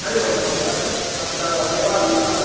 हरि ओं महोदयः अत्र देवानन्दः